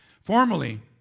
Formerly